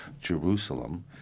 Jerusalem